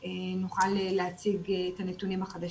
אני גם אספר את העבודה החשובה שלהם לגבי ילדים עם צרכים מיוחדים,